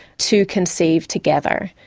to conceive together.